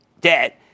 debt